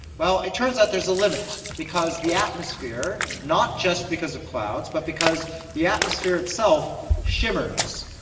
well, it turns out there's a limit because the atmosphere, not just because of clouds but because the atmosphere itself shimmers,